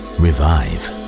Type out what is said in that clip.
revive